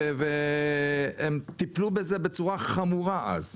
והם טיפלו בזה בצורה חמורה אז.